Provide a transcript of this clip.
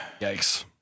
Yikes